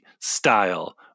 style